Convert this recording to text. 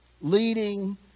leading